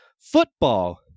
football